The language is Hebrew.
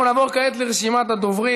אנחנו נעבור כעת לרשימת הדוברים.